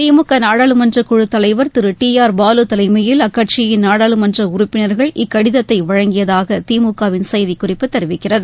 திமுக நாடாளுமன்றக்குழுத் தலைவர் திரு டி ஆர் பாலு தலைமையில் அக்கட்சியின் நாடாளுமன்ற உறுப்பினர்கள் இக்கடிதத்தை வழங்கியதாக திமுக வின் செய்திக்குறிப்பு தெரிவிக்கிறது